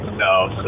No